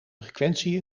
frequentie